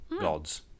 gods